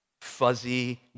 fuzzy